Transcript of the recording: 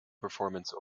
performance